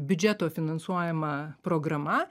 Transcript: biudžeto finansuojama programa